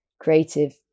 creative